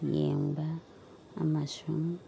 ꯌꯦꯡꯕ ꯑꯃꯁꯨꯡ